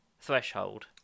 threshold